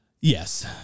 Yes